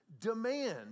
demand